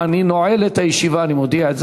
מה שאני מבקש, אני קורא לך,